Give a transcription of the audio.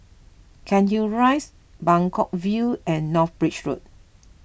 Cairnhill Rise Buangkok View and North Bridge Road